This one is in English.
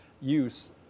use